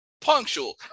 Punctual